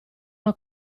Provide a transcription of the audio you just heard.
una